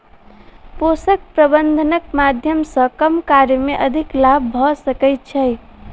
पोषक प्रबंधनक माध्यम सॅ कम कार्य मे अधिक लाभ भ सकै छै